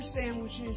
sandwiches